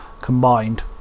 combined